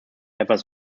etwas